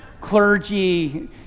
clergy